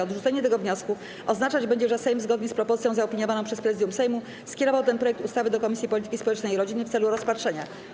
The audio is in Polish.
Odrzucenie tego wniosku oznaczać będzie, że Sejm, zgodnie z propozycją zaopiniowaną przez Prezydium Sejmu, skierował ten projekt ustawy do Komisji Polityki Społecznej i Rodziny w celu rozpatrzenia.